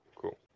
Cool